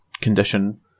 condition